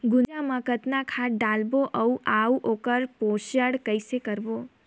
गुनजा मा कतना खाद लगाबो अउ आऊ ओकर पोषण कइसे करबो?